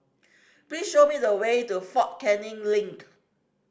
please show me the way to Fort Canning Link